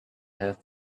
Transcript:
have